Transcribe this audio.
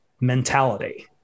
mentality